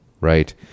right